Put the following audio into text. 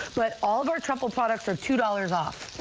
but all of our troubled products for two dollars off.